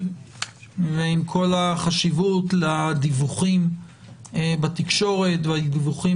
עם כל החשיבות לדיווחים בתקשורת והדיווחים